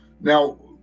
Now